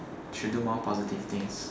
should do more positive things